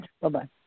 Bye-bye